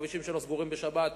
הכבישים שלו סגורים בשבת,